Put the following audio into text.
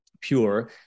pure